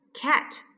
cat